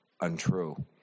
untrue